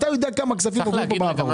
אתה יודע כמה כספים עוברים פה בהעברות.